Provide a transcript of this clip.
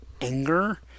anger